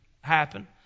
happen